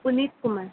Puneeth Kumar